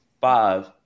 five